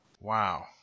Wow